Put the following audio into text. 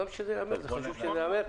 חשוב שזה ייאמר.